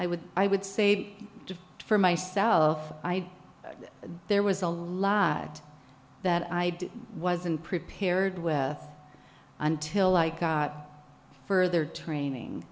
i would i would say for myself i there was a lot that i wasn't prepared with until i got further training